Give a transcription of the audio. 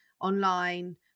online